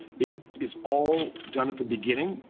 it is all done at the beginning.